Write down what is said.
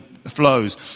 flows